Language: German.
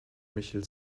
michel